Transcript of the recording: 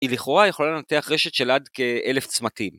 ‫היא לכאורה יכולה לנתח רשת ‫של עד כ-1,000 צמתים.